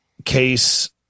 Case